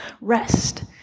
rest